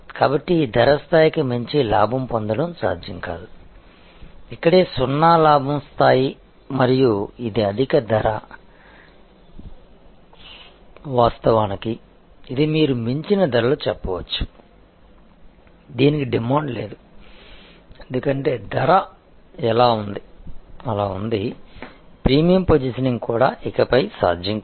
కాబట్టి ఈ ధర స్థాయికి మించి లాభం పొందడం సాధ్యం కాదు ఇక్కడే సున్నా లాభం స్థాయి మరియు ఇది అధిక ధర వాస్తవానికి ఇది మీరు మించిన ధరలు చెప్పవచ్చు దీనికి డిమాండ్ లేదు ఎందుకంటే ధర అలా ఉంది ప్రీమియం పొజిషనింగ్ కూడా ఇకపై సాధ్యం కాదు